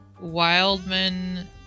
wildman